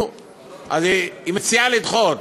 היא מציעה לדחות.